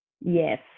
Yes